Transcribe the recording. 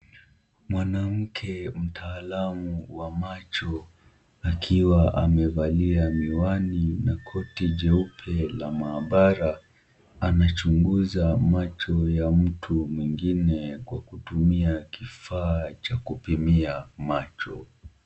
Mwanamke mtaalamu wa macho akiwa amevalia miwani na koti jeupe la maabara, anachunguza macho ya mtu mwingine kwa kutumia kifaa cha kupimia macho.